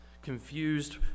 confused